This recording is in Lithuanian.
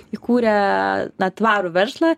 įkūrė na tvarų verslą